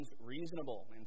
reasonable